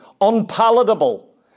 unpalatable